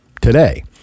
today